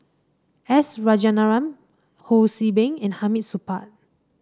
S Rajaratnam Ho See Beng and Hamid Supaat